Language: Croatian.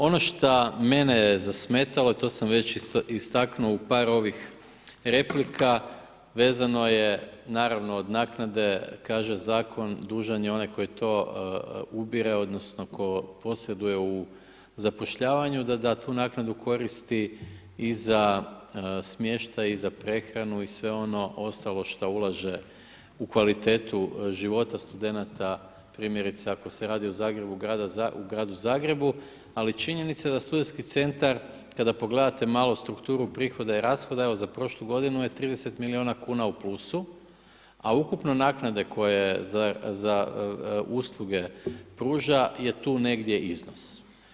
Ono šta mene je zasmetalo a to već istaknuo u par ovih replika, vezano je naravno od naknade kaže zakon, dužan je onaj koji to ubire odnosno tko posjeduje u zapošljavanju, da tu naknadu koristi i za smještaj i za prehranu i sve ono ostalo šta ulaže u kvalitetu života studenata, primjerice ako se radi o gradu Zagrebu ali činjenica je da SC kada pogledate malo strukturu prihoda i rashoda, evo za prošlu godinu je 30 milijuna kn u plusu, a ukupno naknade koje usluge pruža je tu negdje iznos.